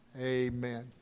Amen